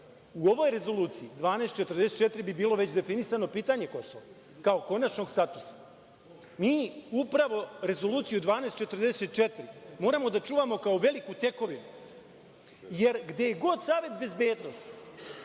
u ovoj rezoluciji 1244 da bi bilo već definisano pitanje Kosova, kao konačnog statusa. Mi upravo rezoluciju 1244 moramo da čuvamo, kao veliku tekovinu, jer gde je god Savet bezbednosti